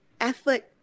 effort